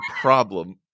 problem